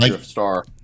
star